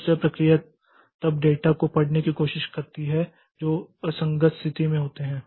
दूसरी प्रक्रिया तब डेटा को पढ़ने की कोशिश करती है जो असंगत स्थिति में होते हैं